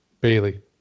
Bailey